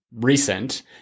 recent